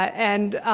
and